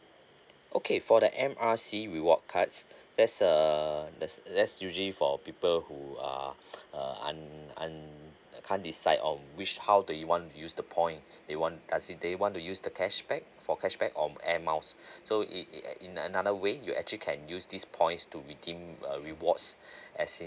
okay for the M R C reward cards there's uh thats a thats usually for people who uh uh un un can't decide on which how do you want to use the point they want us they want to use the cashback for cashback of air miles so in a in another way you actually can use these points to redeem uh rewards as in